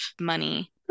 money